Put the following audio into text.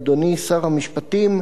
אדוני שר המשפטים,